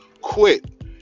quit